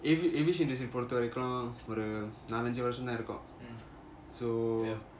avation பொறுத்த வரைக்கும் ஒரு நாலு அஞ்சி வருஷம் தான் இருக்கும்:porutha varaikum oru naalu anji varusam thaan irukum so